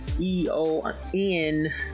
e-o-n